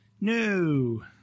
No